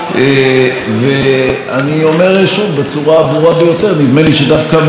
נדמה לי שדווקא ממה שלא נאמר על ידך השתמע שבסך הכול אתה די מסכים,